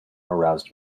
aroused